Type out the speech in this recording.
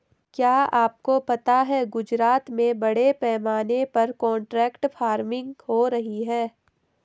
क्या आपको पता है गुजरात में बड़े पैमाने पर कॉन्ट्रैक्ट फार्मिंग हो रही है?